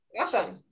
Awesome